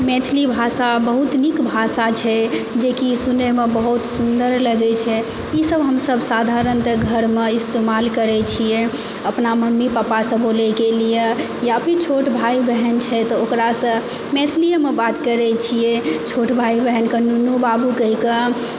मैथिली भाषा बहुत नीक भाषा छै जेकि सुनयमे बहुत सुन्दर लगै छै ई सब हमसब साधारणतः घर मे हमसब इस्तमाल करै छियै अपन मम्मी पापा से बोलयके लिए या फेर कोई भी छोट भाई बहन छथि तऽ ओकरा से मैथिलीएमे बात करै छियै छोट भाई बहिनके नुनू बाबु कहिकऽ